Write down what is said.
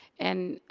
and